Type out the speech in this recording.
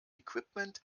equipment